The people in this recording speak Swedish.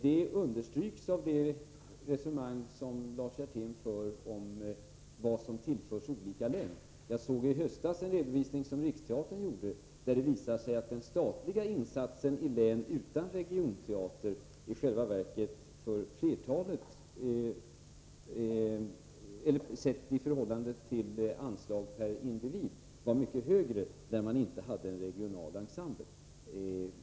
Det understryks av det resonemang som Lars Hjertén för om vad som tillförs olika län. Jag såg i höstas en redovisning som Riksteatern gjorde. Där visade det sig att den statliga insatsen uttryckt i anslag per individ var mycket högre i län där man inte har en regional ensemble.